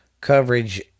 coverage